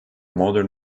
modern